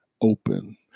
open